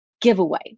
giveaway